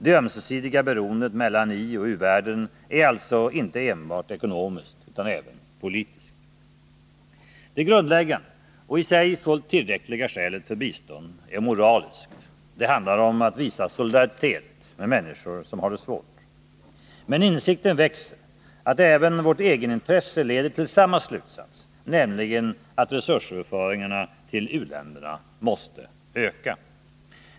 Det ömsesidiga beroendet mellan ioch u-världen är alltså inte enbart ekonomiskt utan även politiskt. Det grundläggande — och i sig fullt tillräckliga — skälet för bistånd är moraliskt. Det handlar om att visa solidaritet med människor som har det svårt. Men insikten växer att även vårt egenintresse leder till samma slutsats, nämligen att resursöverföringarna till u-länderna måste öka.